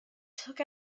took